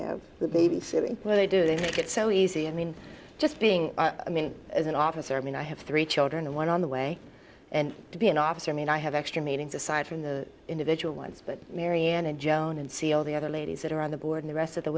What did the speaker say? because they do they make it so easy i mean just being i mean as an officer i mean i have three children and one on the way and to be an officer i mean i have extra meetings aside from the individual ones but marianne and joan and see all the other ladies that are on the board the rest of the